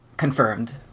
Confirmed